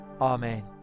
Amen